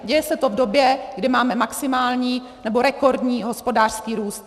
Děje se to v době, kdy máme maximální, nebo rekordní hospodářský růst.